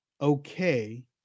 okay